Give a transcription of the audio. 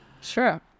Sure